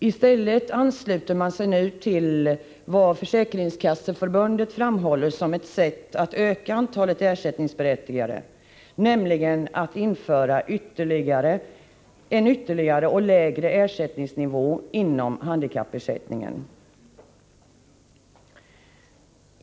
I stället ansluter de sig nu till vad Försäkringskasseförbundet framhåller som ett sätt att öka antalet ersättningsberättigade, nämligen att införa en ytterligare, lägre ersättningsnivå inom handikappersättningen.